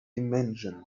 dimension